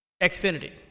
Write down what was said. Xfinity